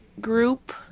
group